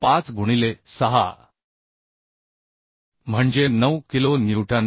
5 गुणिले 6 म्हणजे 9 kilo Newton